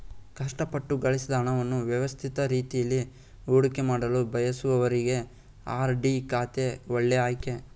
ಕಷ್ಟಪಟ್ಟು ಗಳಿಸಿದ ಹಣವನ್ನು ವ್ಯವಸ್ಥಿತ ರೀತಿಯಲ್ಲಿ ಹೂಡಿಕೆಮಾಡಲು ಬಯಸುವವರಿಗೆ ಆರ್.ಡಿ ಖಾತೆ ಒಳ್ಳೆ ಆಯ್ಕೆ